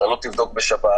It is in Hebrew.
אתה לא תבדוק בשבת,